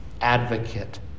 advocate